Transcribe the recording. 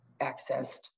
accessed